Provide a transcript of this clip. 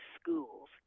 schools